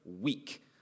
week